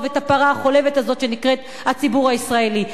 את הפרה החולבת הזאת שנקראת הציבור הישראלי,